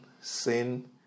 sin